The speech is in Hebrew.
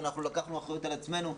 אנחנו לקחנו אחריות על עצמנו.